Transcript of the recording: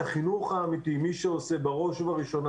את החינוך האמיתי מי שעושה בראש ובראשונה